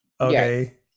okay